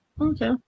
Okay